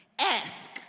ask